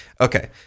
okay